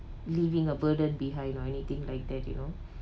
leaving a burden behind or anything like that you know